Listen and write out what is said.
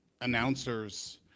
announcers